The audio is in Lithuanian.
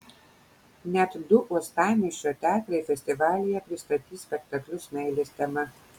net du uostamiesčio teatrai festivalyje pristatys spektaklius meilės tema